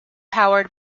powered